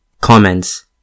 COMMENTS